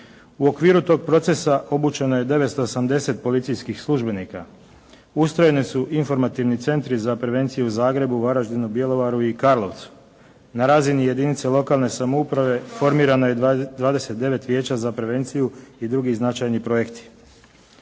U okviru toga procesa obučeno je 970 policijskih službenika, ustrojeni su informativni centri za prevenciju u Zagrebu, Varaždinu, Bjelovaru i Karlovcu. Na razini jedinice lokalne samouprave formirano je 29 vijeća za prevenciju i drugi značajni projekti.